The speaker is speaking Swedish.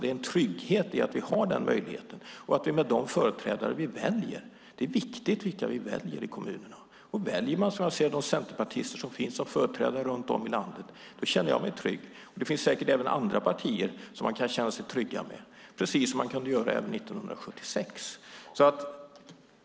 Det finns en trygghet i att vi har den möjligheten, liksom i de företrädare vi väljer. Det är viktigt vilka vi väljer i kommunerna. Väljer man de centerpartister som finns som företrädare runt om i landet då känner jag mig trygg. Det finns säkert även andra partier som man kan känna sig trygg med, på samma sätt som 1976.